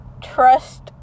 trust